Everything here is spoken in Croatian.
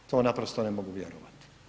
To naprosto ne mogu vjerovati.